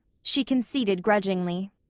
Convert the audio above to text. she conceded grudgingly,